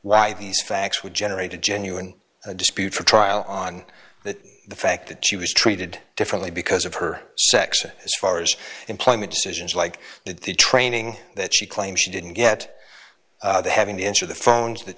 why these facts would generate a genuine dispute for trial on that the fact that she was treated differently because of her sex as far as employment decisions like the training that she claimed she didn't get having the answer the phones that